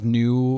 new